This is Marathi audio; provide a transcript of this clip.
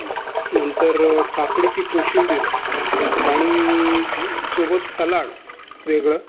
नंतर काकडीची कोशिंबीर आणि सोबत सलाड वेगळं